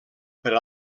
per